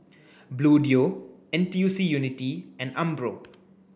Bluedio N T U C Unity and Umbro